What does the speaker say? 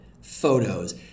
photos